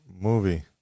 movie